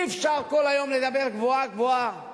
אי-אפשר כל היום לדבר גבוהה גבוהה,